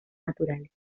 naturales